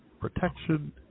protection